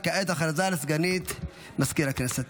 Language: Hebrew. וכעת הודעה לסגנית מזכיר הכנסת.